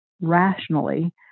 rationally